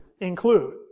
include